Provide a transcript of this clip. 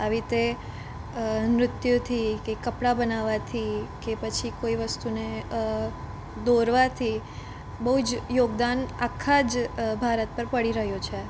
આવી રીતે નૃત્યથી કે કપડાં બનાવાથી કે પછી કોઈ વસ્તુને દોરવાથી બઉ જ યોગદાન આખા જ ભારત પર પડી રહ્યું છે